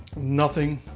nothing,